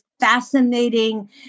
fascinating